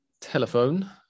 telephone